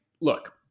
look